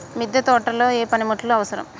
మిద్దె తోటలో ఏ పనిముట్లు అవసరం?